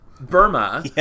Burma